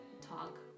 talk